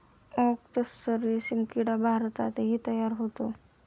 okay tussar रेशीम किडा भारतातही तयार होतो